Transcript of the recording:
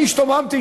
אני השתוממתי,